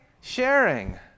Sharing